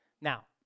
Now